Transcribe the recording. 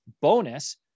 bonus